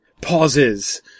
pauses